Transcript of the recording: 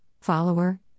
follower